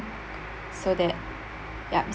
so that ya